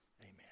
Amen